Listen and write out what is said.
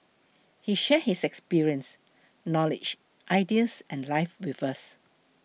he shared his experience knowledge ideas and life with us